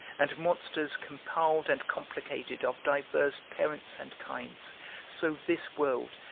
and monsters compiled and complicated of divers parents and kinds so this world,